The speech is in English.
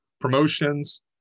promotions